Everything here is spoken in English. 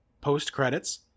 post-credits